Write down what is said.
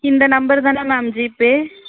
இந்த நம்பர் தானே ma'am GPay